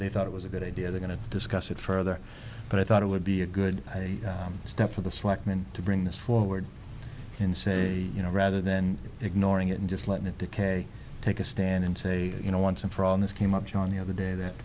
they thought it was a good idea they're going to discuss it further but i thought it would be a good step for the selectmen to bring this forward and say you know rather than ignoring it and just let it decay take a stand and say you know once and for all this came up john the other day that